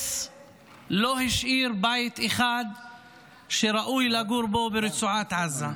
ושההרס לא השאיר בית אחד שראוי לגור בו ברצועת עזה.